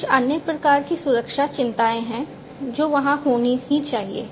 कुछ अन्य प्रकार की सुरक्षा चिंताएँ हैं जो वहाँ होनी ही चाहिए